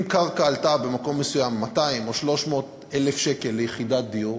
אם קרקע עלתה במקום מסוים 200,000 או 300,000 שקל ליחידת דיור,